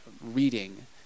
reading